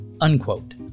unquote